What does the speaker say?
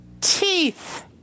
Teeth